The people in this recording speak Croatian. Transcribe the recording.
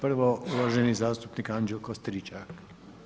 Prvo uvaženi zastupnik Anđelko Stričak.